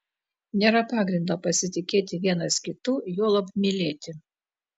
nėra pagrindo pasitikėti vienas kitu juolab mylėti